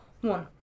One